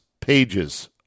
pages